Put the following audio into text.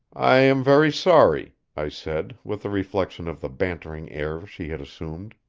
i am very sorry, i said, with a reflection of the bantering air she had assumed.